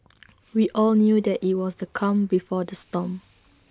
we all knew that IT was the calm before the storm